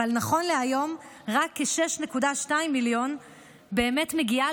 אבל נכון להיום רק כ-6.2 מיליון באמת מגיעים